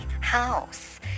house